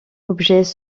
objets